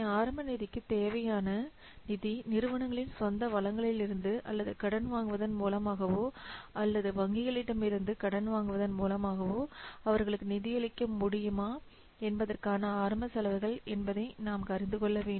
ஆரம்ப நிதித் தேவைக்கான நிதியா நிறுவனங்களின் சொந்த வளங்களிலிருந்து அல்லது கடன் வாங்குவதன் மூலமாகவோ அல்லது வங்கிகளிடமிருந்து கடன் வாங்குவதன் மூலமாகவோ அவர்களுக்கு நிதியளிக்க முடியுமா என்பதற்கான ஆரம்ப செலவுகள் என்பதை நாம் அறிந்து கொள்ள வேண்டும்